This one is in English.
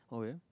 oh ya